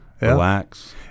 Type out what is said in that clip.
Relax